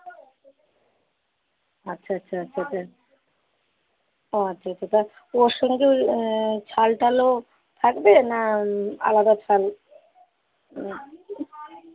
আচ্ছা আচ্ছা আচ্ছা আচ্ছা আচ্ছা আচ্ছা তা ওর সঙ্গে কি ছাল টালও থাকবে না আলাদা ছাল